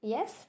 Yes